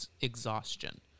exhaustion